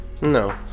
no